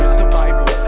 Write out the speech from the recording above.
survival